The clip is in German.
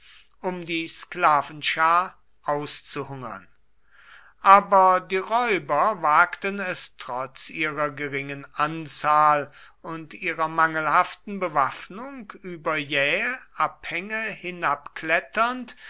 um die sklavenschar auszuhungern aber die räuber wagten es trotz ihrer geringen anzahl und ihrer mangelhaften bewaffnung über jähe abhänge